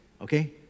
okay